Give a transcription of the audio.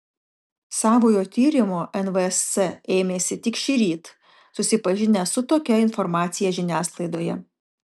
savojo tyrimo nvsc ėmėsi tik šįryt susipažinę su tokia informacija žiniasklaidoje